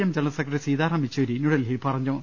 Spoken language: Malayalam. M general secretary Sitaram Yechury ന്യൂഡൽഹിയിൽ പറഞ്ഞു